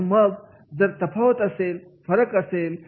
आणि मग जर तफावत असेल फरक असेल